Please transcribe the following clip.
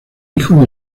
hijo